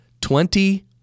Twenty